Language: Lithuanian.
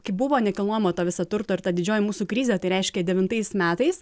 kai buvo nekilnojamo to viso turto ir ta didžioji mūsų krizė tai reiškia devintais metais